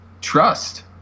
Trust